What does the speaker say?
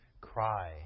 cry